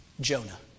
Jonah